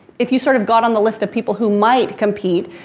if you sort of got on the list of people who might compete,